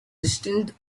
distant